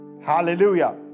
Hallelujah